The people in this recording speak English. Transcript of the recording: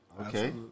Okay